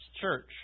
church